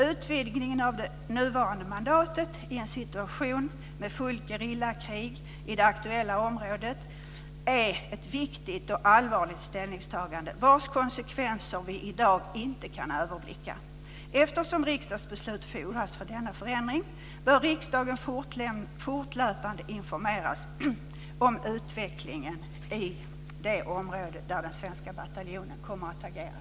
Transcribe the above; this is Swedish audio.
Utvidgningen av det nuvarande mandatet i en situation med fullt gerillakrig i det aktuella området är ett viktigt och allvarligt ställningstagande, vars konsekvenser vi i dag inte kan överblicka. Eftersom riksdagsbeslut fordras för denna förändring bör riksdagen fortlöpande informeras om utvecklingen i det område där den svenska bataljonen kommer att agera.